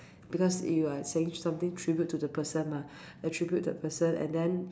because you are saying something tribute to the person mah attribute the person and then